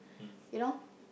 you know